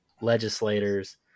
legislators